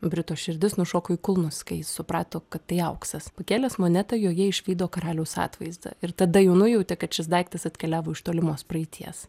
brito širdis nušoko į kulnus kai jis suprato kad tai auksas pakėlęs monetą joje išvydo karaliaus atvaizdą ir tada jau nujautė kad šis daiktas atkeliavo iš tolimos praeities